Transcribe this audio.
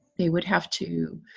they would have to,